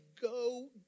go